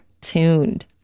tuned